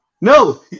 No